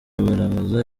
kugaragaza